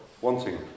wanting